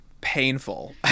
painful